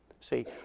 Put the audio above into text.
See